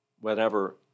whenever